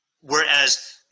whereas